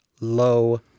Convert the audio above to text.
low